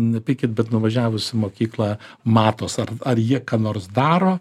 nepykit bet nuvažiavus į mokyklą matos ar ar jie ką nors daro